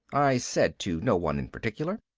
i said to no one in particular.